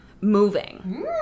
moving